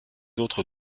autres